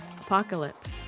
apocalypse